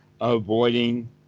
avoiding